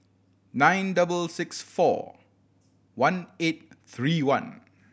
nine double six four one eight three one